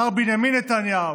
מר בנימין נתניהו,